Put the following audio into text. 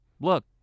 Look